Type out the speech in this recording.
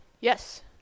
Yes